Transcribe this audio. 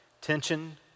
tension